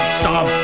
stop